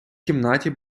кімнаті